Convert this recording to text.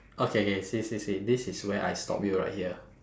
okay K see see see this is where I stop you right here